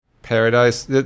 paradise